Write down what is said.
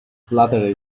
flattery